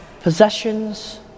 possessions